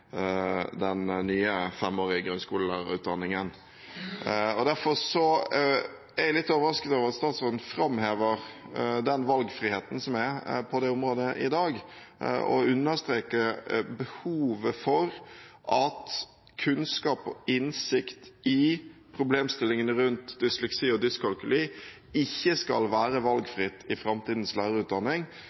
den nye femårige grunnskolelærerutdanningen. Derfor er jeg litt overrasket over at statsråden framhever den valgfriheten som er på dette området i dag, og understreker behovet for at kunnskap og innsikt i problemstillingene rundt dysleksi og dyskalkuli ikke skal være valgfritt i framtidens